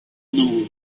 known